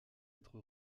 être